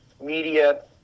media